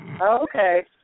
Okay